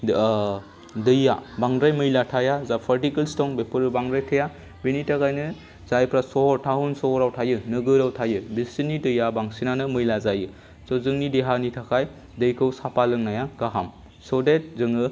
दैआ बांद्राय मैला थाया जा पार्टिकोल्स दं बेफोरो बांद्राय थाया बेनि थाखायनो जायफोरा सहर टाउन सहराव थायो नोगोराव थायो बेसोरनि दैया बांसिनानो मैला जायो स' जोंनि देहानि थाखाय दैखौ साफा लोंनाया गाहाम स' डेट जोङो